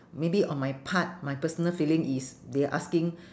maybe on my part my personal feeling is they asking